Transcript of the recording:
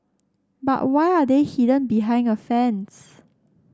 but why are they hidden behind a fence